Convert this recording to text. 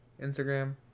Instagram